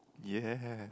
ya